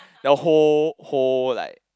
the whole whole like